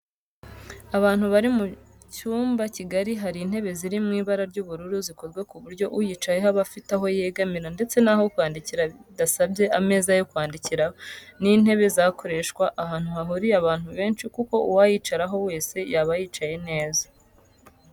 Abant bari mu cyumba kigari hari intebe ziri mu ibara ry'ubururu zikozwe ku buryo uyicayeho aba afite aho yegamira ndetse n'aho kwandikira bidasabye ameza yandi yo kwandikiraho. Ni intebe zakoreshwa ahantu hahuriye abantu benshi kuko uwayicaraho wese yaba yicaye neza